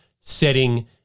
setting